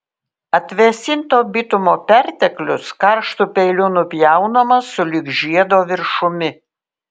atvėsinto bitumo perteklius karštu peiliu nupjaunamas sulig žiedo viršumi